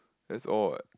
that's all